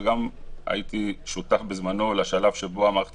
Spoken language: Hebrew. וגם הייתי שותף בזמנו לשלב שבו המערכת